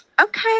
Okay